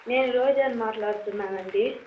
నేను రోజాని మాట్లాడుతున్నాను అండి